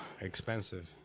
expensive